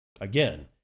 Again